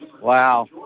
Wow